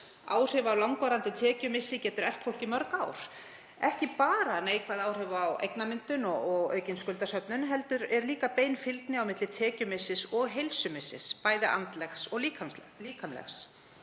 Áhrif af langvarandi tekjumissi geta elt fólk í mörg ár, ekki bara neikvæð áhrif á eignamyndun og aukin skuldasöfnun heldur er líka bein fylgni á milli tekjumissis og heilsumissis, bæði andlegs og líkamlegs.